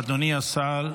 אדוני השר,